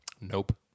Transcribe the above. Nope